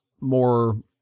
more